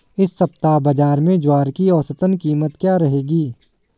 इस सप्ताह बाज़ार में ज्वार की औसतन कीमत क्या रहेगी?